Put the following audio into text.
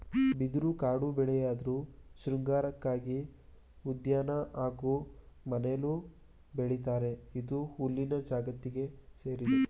ಬಿದಿರು ಕಾಡುಬೆಳೆಯಾಧ್ರು ಶೃಂಗಾರಕ್ಕಾಗಿ ಉದ್ಯಾನ ಹಾಗೂ ಮನೆಲೂ ಬೆಳಿತರೆ ಇದು ಹುಲ್ಲಿನ ಜಾತಿಗೆ ಸೇರಯ್ತೆ